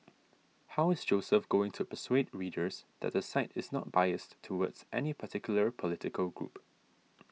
how is Joseph going to persuade readers that the site is not biased towards any particular political group